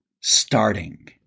starting